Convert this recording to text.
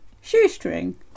shoestring